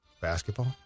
basketball